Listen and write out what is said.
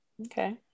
Okay